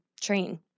train